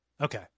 Okay